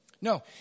No